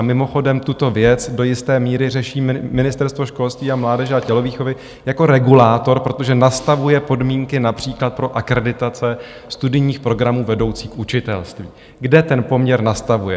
Mimochodem tuto věc do jisté míry řeší Ministerstvo školství, mládeže a tělovýchovy jako regulátor, protože nastavuje podmínky například pro akreditace studijních programů vedoucích k učitelství, kde ten poměr nastavuje.